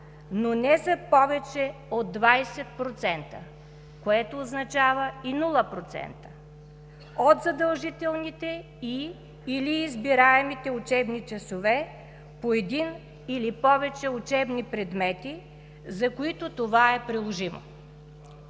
но не за повече от 20% – което означава и нула процента – от задължителните и/или избираемите учебни часове по един или повече учебни предмети, за които това е приложимо.“